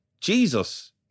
Jesus